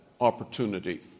opportunity